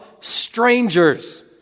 strangers